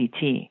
CT